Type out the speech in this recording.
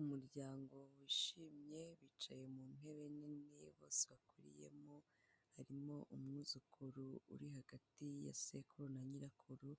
Umuryango wishimye bicaye mu ntebe nini bose bakwiyemo, harimo umwuzukuru uri hagati ya sekuru na nyirakuru